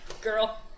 Girl